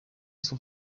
son